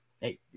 Hey